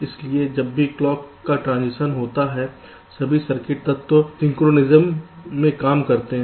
इसलिए जब भी क्लॉक का ट्रांजिशन होता है सभी सर्किट तत्व सिंक्रोनिज्म में काम करते हैं